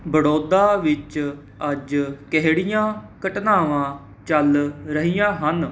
ਬੜੌਦਾ ਵਿੱਚ ਅੱਜ ਕਿਹੜੀਆਂ ਘਟਨਾਵਾਂ ਚੱਲ ਰਹੀਆਂ ਹਨ